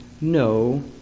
no